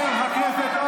כל החיים שלך,